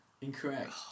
Incorrect